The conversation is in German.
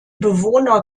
bewohner